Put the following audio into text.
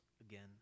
again